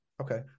Okay